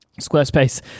Squarespace